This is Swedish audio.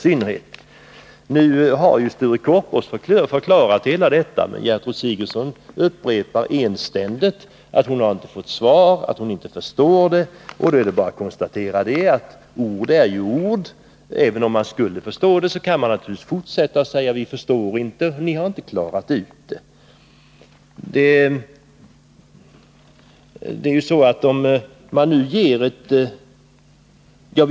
Trots att Sture Korpås nu har förklarat hur det ligger till upprepar Gertrud Sigurdsen enständigt att hon inte har fått svar och att hon inte förstår de besked som lämnas. Det är då bara att konstatera att ord inte behöver vara annat än ord — även om man förstår ett visst sammanhang, kan man fortsätta att hävda att man inte gör det och att frågorna inte är utklarade.